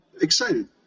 excited